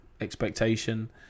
expectation